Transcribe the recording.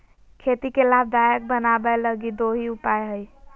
खेती के लाभदायक बनाबैय लगी दो ही उपाय हइ